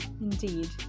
Indeed